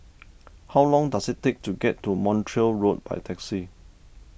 how long does it take to get to Montreal Road by taxi